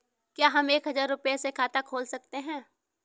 क्या हम एक हजार रुपये से खाता खोल सकते हैं?